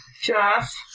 Jeff